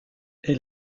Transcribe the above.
est